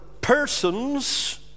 persons